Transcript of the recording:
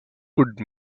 could